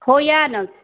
हो या नं